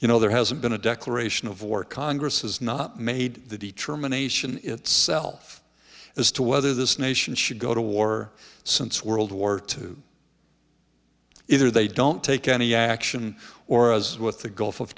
you know there hasn't been a declaration of war congress has not made the determination itself as to whether this nation should go to war since world war two either they don't take any action or as with the gulf of